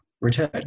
return